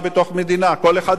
כל אחד יעשה מה שהוא רוצה.